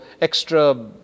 extra